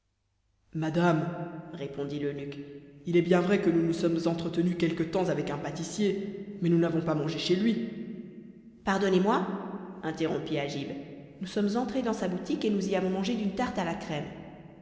madame répondit l'eunuque il est bien vrai que nous nous sommes entretenus quelque temps avec un pâtissier mais nous n'avons pas mangé chez lui pardonnez-moi interrompit agib nous sommes entrés dans sa boutique et nous y avons mangé d'une tarte à la crème